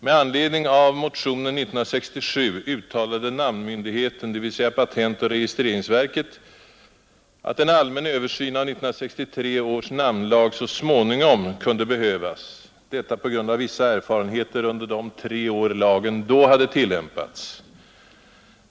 Med anledning av motioner år 1967 uttalade namnmyndigheten, dvs. patentoch registreringsverket, att en allmän översyn av 1963 års namnlag så småningom kunde behövas, detta på grund av vissa erfarenheter under de tre år lagen då hade tillämpats.